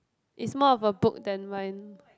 is more of a book than mine